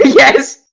yes!